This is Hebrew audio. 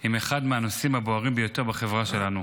אם אחד מהנושאים הבוערים ביותר בחברה שלנו,